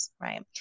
right